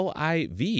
LIV